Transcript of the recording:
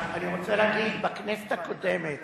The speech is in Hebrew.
אני רוצה להגיד, בכנסת הקודמת